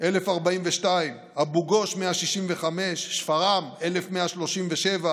1,042, אבו גוש, 165, שפרעם, 1,137,